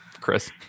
chris